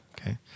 okay